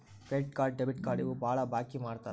credit card debit card ಇವು ಬಾಳ ಬಳಿಕಿ ಮಾಡ್ತಾರ ಮಂದಿ